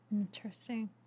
Interesting